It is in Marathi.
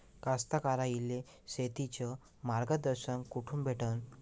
कास्तकाराइले शेतीचं मार्गदर्शन कुठून भेटन?